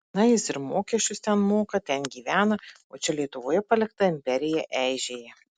na jis ir mokesčius ten moka ten gyvena o čia lietuvoje palikta imperija eižėja